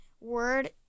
word